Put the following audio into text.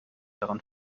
daran